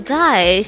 die